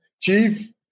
Chief